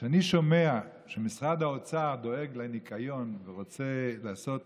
כשאני שומע שמשרד האוצר דואג לניקיון ורוצה לעשות